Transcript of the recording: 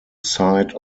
site